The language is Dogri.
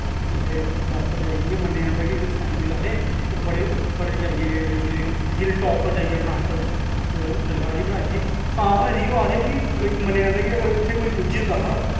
बड़े पट्टा उप्पर जाईयै इयां मन्नेआ जंदा कि जेह्ड़े साईं मीरा हे ओह् बड़े उप्पर जाइयै उनें हिल्ल टॉप उप्पर जाइयै इक दरगाह् जेही बनाई दी ही सामनै दी मन्नेआं जंदा ऐ कि अगर उत्थे किश पुज्जी जंदा हा